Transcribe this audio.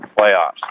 playoffs